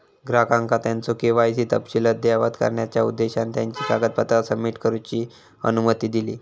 ग्राहकांका त्यांचो के.वाय.सी तपशील अद्ययावत करण्याचा उद्देशान त्यांची कागदपत्रा सबमिट करूची अनुमती दिली